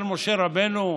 אומר משה רבנו: